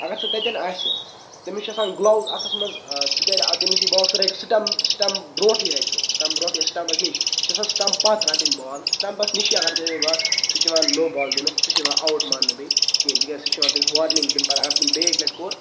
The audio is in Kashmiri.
اَگَر سُہ تَتٮ۪ن آسہِ تٔمِس چھُ آسان گٕلَوٕز اَتھَس مَنٛز سُہ کَرِ تٔمِس یی بال سُہ رَٹہِ سٹیٚم سٹیٚم برونٛٹھٕے رَٹہِ سُہ سٹیٚم برونٛٹھٕے یا سٹیٚمَس نِش یہِ چھِ آسان سٹیٚم پَتہٕ رَٹٕنۍ بال سٹیٚمَس نِش اگر تٔمۍ رٔٹۍ سُہ چھِ یِوان نو بال دِنہٕ سُہ چھُنہٕ یِوان اَوُٹ ماننہٕ بیٚیہِ کِہیٖنۍ تکیازِ سُہ چھُ یِوان تٔمِس وارنِنگ دِنہٕ پَگاہ اَگَر تٔمۍ بیٚیہِ اَکہِ لَٹہِ کوٚر